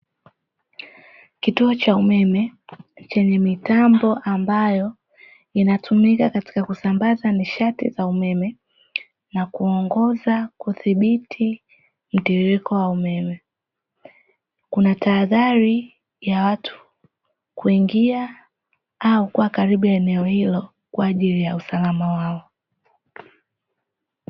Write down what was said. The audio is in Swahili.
Kituo cha umeme chenye mitambo ambayo inatumika katika kusambaza nishati za umeme na kuongoza kudhibiti mtiririko wa umeme, kuna tahadhari ya watu kuingia au kuwa karibu eneo hilo kwaajili ya usalama wao.